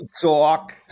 talk